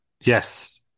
Yes